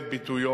נרשמו.